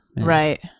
right